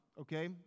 okay